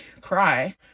cry